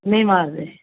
ਨਹੀਂ ਮਾਰਦੇ